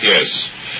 Yes